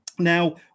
Now